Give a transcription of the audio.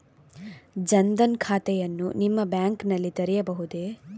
ಜನ ದನ್ ಖಾತೆಯನ್ನು ನಿಮ್ಮ ಬ್ಯಾಂಕ್ ನಲ್ಲಿ ತೆರೆಯಬಹುದೇ?